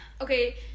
Okay